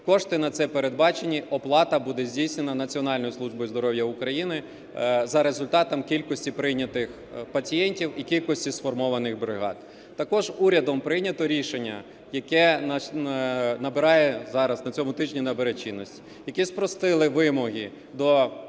Кошти на це передбачені, оплата буде здійснена Національною службою здоров'я України за результатом кількості прийнятих пацієнтів і кількості сформованих бригад. Також урядом прийнято рішення, яке набирає зараз, на цьому тижні набере чинності. Які спростили вимоги до тих